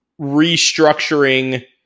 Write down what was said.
restructuring